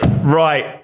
right